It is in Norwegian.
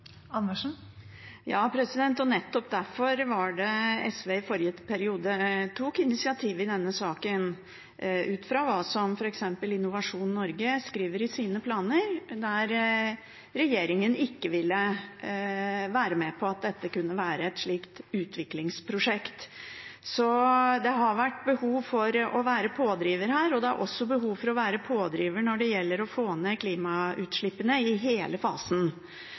nye, innovative løsninger. Nettopp derfor var det SV i forrige periode tok initiativ i denne saken – ut fra hva f.eks. Innovasjon Norge skriver i sine planer, der regjeringen ikke ville være med på at dette kunne være et slikt utviklingsprosjekt. Så det har vært behov for å være pådriver her, og det er også behov for å være pådriver når det gjelder å få ned klimagassutslippene i hele fasen.